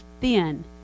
thin